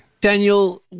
Daniel